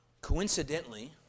Coincidentally